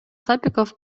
сапиков